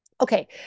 Okay